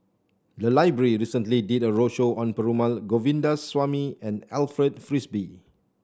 the library recently did a roadshow on Perumal Govindaswamy and Alfred Frisby